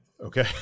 Okay